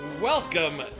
Welcome